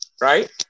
right